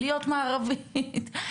להיות מערבית,